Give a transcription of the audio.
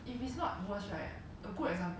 I don't really shop or like anything